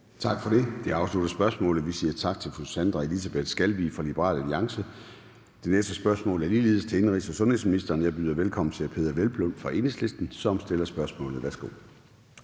Tak for det. Det afslutter spørgsmålet. Vi siger tak til fru Sandra Elisabeth Skalvig fra Liberal Alliance. Det næste spørgsmål er ligeledes til indenrigs- og sundhedsministeren. Jeg byder velkommen til hr. Peder Hvelplund fra Enhedslisten, som stiller spørgsmålet. Kl.